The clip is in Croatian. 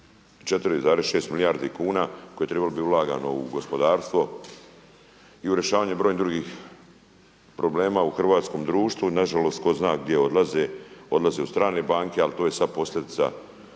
4,6 milijardi kuna koje je trebalo bit ulagano u gospodarstvo i u rješavanje brojnih drugih problema u hrvatskom društvu. Na žalost tko zna gdje odlaze, odlaze u strane banke ali to je sad posljedica